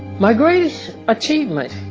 my greatest achievement,